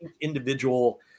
individual